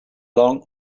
long